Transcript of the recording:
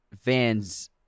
fans